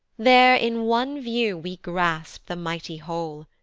there in one view we grasp the mighty whole,